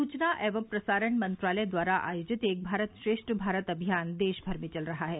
सूचना एवं प्रसारण मंत्रालय द्वारा आयोजित एक भारत श्रेष्ठ भारत अभियान देश भर में चल रहा है